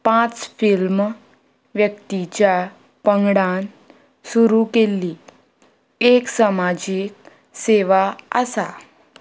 पांच फिल्म व्यक्तीच्या पंगडान सुरू केल्ली एक समाजीक सेवा आसा